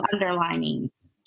underlinings